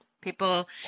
People